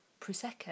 Prosecco